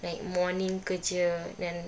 like morning kerja then